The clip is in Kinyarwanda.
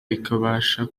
bikabafasha